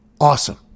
Awesome